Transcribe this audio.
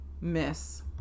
miss